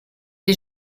les